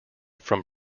from